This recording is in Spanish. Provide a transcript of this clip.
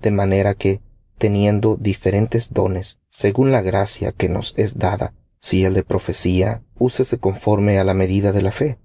de manera que teniendo diferentes dones según la gracia que nos es dada si profecía conforme á la medida de la fe